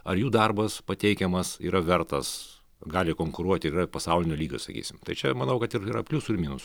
ar jų darbas pateikiamas yra vertas gali konkuruoti ir yra pasaulinio lygio sakysim tai tačiau manau kad ir yra pliusų ir minusų